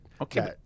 Okay